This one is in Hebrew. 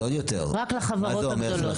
רק לחברות הגדולות.